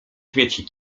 śmieci